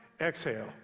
exhale